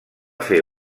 fer